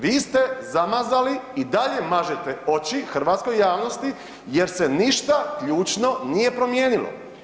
Vi ste zamazali, i dalje mažete oči hrvatskoj javnosti jer se ništa ključno nije promijenilo.